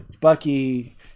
Bucky